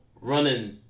running